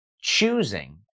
choosing